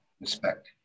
Respect